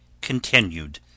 continued